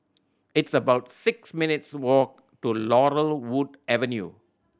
it's about six minutes' walk to Laurel Wood Avenue